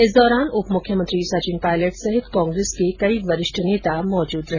इस दौरान उप मुख्यमंत्री सचिन पायलट सहित कांग्रेस के कई वरिष्ठ नेता मौजूद रहे